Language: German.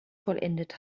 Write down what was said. vollendet